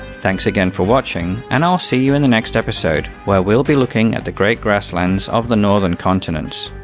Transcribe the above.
thanks again for watching, and i'll see you in the next episode, where we'll be looking at the great grasslands of the northern continents.